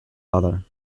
other